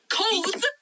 codes